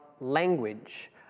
language